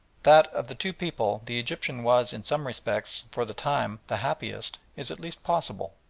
that, of the two people, the egyptian was in some respects, for the time, the happiest is at least possible.